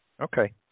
Okay